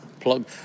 plug